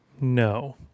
no